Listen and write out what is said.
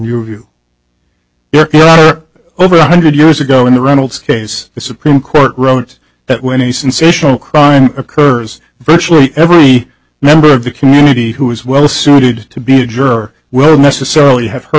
in your view over one hundred years ago in the reynolds case the supreme court wrote that when the sensational crime occurs virtually every member of the community who is well suited to be a juror will necessarily have heard